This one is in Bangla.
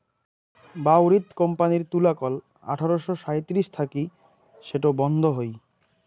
বাউরিথ কোম্পানির তুলাকল আঠারশো সাঁইত্রিশ থাকি সেটো বন্ধ হই